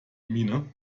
miene